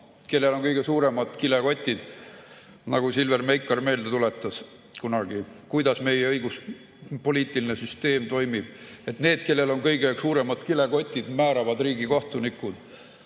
kellel on kõige suuremad kilekotid, nagu Silver Meikar meelde tuletas kunagi. Meie õiguspoliitiline süsteem toimib selliselt, et need, kellel on kõige suuremad kilekotid, määravad riigikohtunikud.